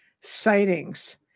sightings